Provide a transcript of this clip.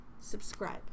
subscribe